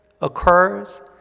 occurs